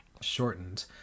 shortened